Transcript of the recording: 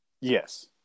Yes